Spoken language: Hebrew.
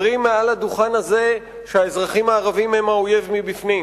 אומרים מעל הדוכן הזה שהאזרחים הערבים הם האויב מבפנים.